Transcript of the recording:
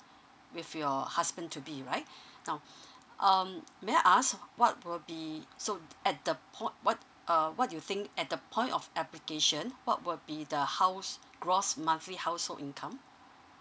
with your husband to be right now um may I ask what will be so at the point what uh what do you think at the point of application what will be the house gross monthly household income